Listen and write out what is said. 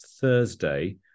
Thursday